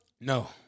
No